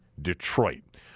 Detroit